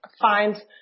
find